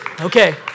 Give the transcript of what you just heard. Okay